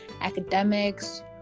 academics